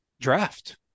draft